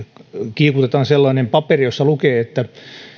kiikutetaan sellainen paperi jossa lukee että